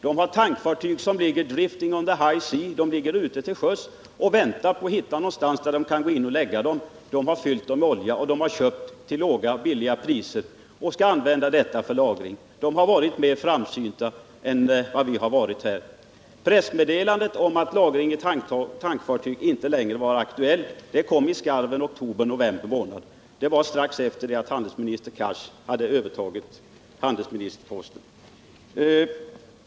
De har tankfartyg som ligger ”drifting on the high sea”, dvs. de ligger ute till sjöss och väntar på att man skall hitta någon plats där de kan gå in. Japanerna har fyllt de här fartygen med olja som de köpt till låga priser, och de skall alltså använda fartygen för lagring av denna olja. De har varit mer framsynta än vad vi har varit. Pressmeddelandet om att lagring i tankfartyg inte längre var aktuell kom i skarven oktober-november månad. Det var strax efter det att handelsminister Cars hade övertagit handelsministerposten.